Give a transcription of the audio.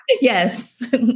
Yes